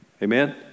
Amen